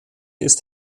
ist